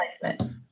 placement